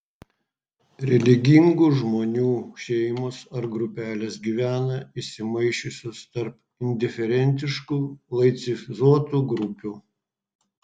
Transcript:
religingų žmonių šeimos ar grupelės gyvena įsimaišiusios tarp indiferentiškų laicizuotų grupių